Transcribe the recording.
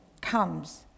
comes